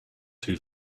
too